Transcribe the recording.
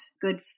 good